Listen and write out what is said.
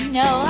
no